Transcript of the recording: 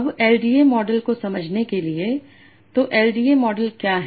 अब LDA model को समझने के लिए तो एलडीए मॉडल क्या है